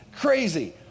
crazy